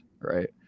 right